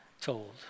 told